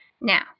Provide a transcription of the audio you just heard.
Now